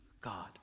God